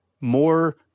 more